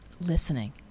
listening